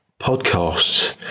podcasts